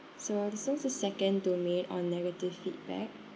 so this one's the second domain on negative feedback